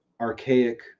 archaic